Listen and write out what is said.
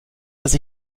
dass